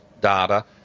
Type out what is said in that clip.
data